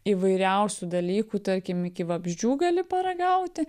įvairiausių dalykų tarkim iki vabzdžių gali paragauti